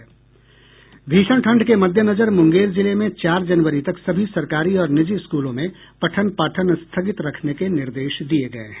भीषण ठंड के मद्देनजर मुंगेर जिले में चार जनवरी तक सभी सरकारी और निजी स्कूलों में पठन पाठन स्थगित रखने के निर्देश दिये गये है